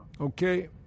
Okay